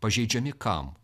pažeidžiami kam